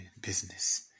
business